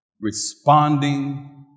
responding